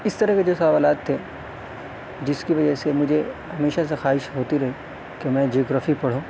اس طرح کے جو سوالات تھے جس کی وجہ سے مجھے ہمیشہ سے خواہش ہوتی رہی کہ میں جگرفی پڑھوں